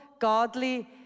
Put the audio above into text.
godly